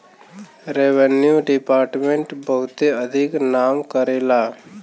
revenue department बहुते अधिक नाम करेला